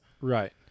Right